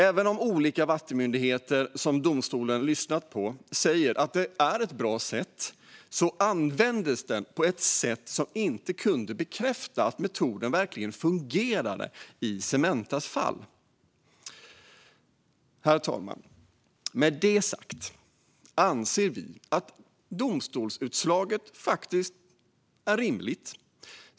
Även om olika vattenmyndigheter som domstolen lyssnat på säger att det är ett bra sätt, användes det på ett sätt som inte kunde bekräfta att metoden verkligen fungerade i Cementas fall. Herr talman! Med det sagt anser vi att domstolsutslaget är rimligt.